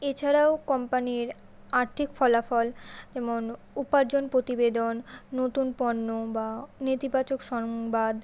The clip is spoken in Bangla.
এছাড়াও কোম্পানির আর্থিক ফলাফল যেমন উপার্জন প্রতিবেদন নতুন পণ্য বা নেচিবাচক সংবাদ